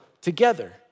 together